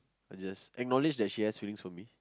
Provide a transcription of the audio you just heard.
I'll just acknowledge that she has feelings for me